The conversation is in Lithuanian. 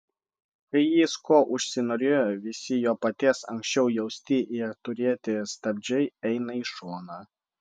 kai jis ko užsinorėjo visi jo paties anksčiau jausti ir turėti stabdžiai eina į šoną